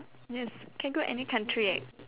yes can go any country eh